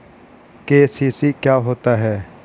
KCC क्या होता है?